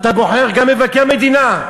אתה בוחר גם מבקר מדינה.